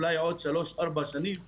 אולי עוד שלוש ארבע שנים --- הבנתי.